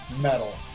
metal